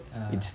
(uh huh)